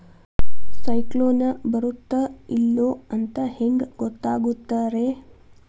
ಸೈಕ್ಲೋನ ಬರುತ್ತ ಇಲ್ಲೋ ಅಂತ ಹೆಂಗ್ ಗೊತ್ತಾಗುತ್ತ ರೇ?